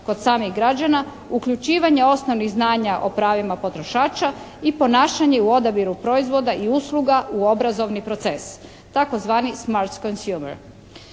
kod samih građana, uključivanje osnovnih znanja o pravima potrošača i ponašanje u odabiru proizvoda i usluga u obrazovni proces tzv. smarts consumer,